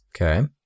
Okay